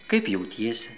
kaip jautiesi